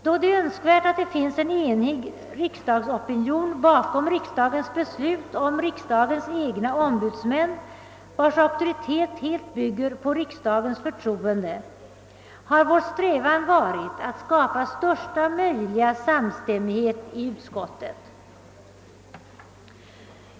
Då det är önskvärt att det finns en enig riksdagsopinion bakom riksdagens beslut om dess egna ombudsmän, vars auktoritet helt bygger på riksdagens förtroende, har vår strävan varit att skapa största möjliga samstämmighet inom utskottet.